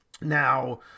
Now